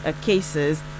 cases